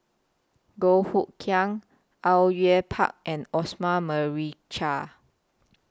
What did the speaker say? Goh Hood Keng Au Yue Pak and Osman Merican